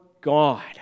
God